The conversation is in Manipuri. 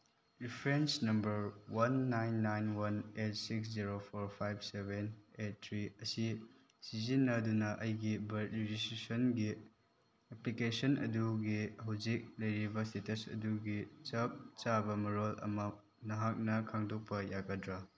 reference number one nine nine one eight six zero four five seven eight three ꯑꯁꯤ ꯁꯤꯖꯤꯟꯅꯗꯨꯅ ꯑꯩꯒꯤ ꯕꯥꯔꯠ ꯔꯦꯖꯤꯁꯇ꯭ꯔꯦꯁꯟꯒꯤ ꯑꯦꯄ꯭ꯂꯤꯀꯦꯁꯟ ꯑꯗꯨꯒꯤ ꯍꯧꯖꯤꯛ ꯂꯩꯔꯤꯕ ꯏꯁꯇꯦꯇꯁ ꯑꯗꯨꯒꯤ ꯆꯞ ꯆꯥꯕ ꯃꯔꯣꯜ ꯑꯃ ꯅꯍꯥꯛꯅ ꯈꯪꯗꯣꯛꯄ ꯌꯥꯒꯗ꯭ꯔꯥ